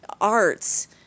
arts